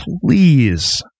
please